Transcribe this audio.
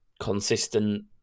consistent